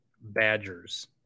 Badgers